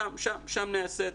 שם נעשית